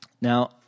Now